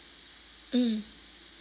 mm